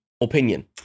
opinion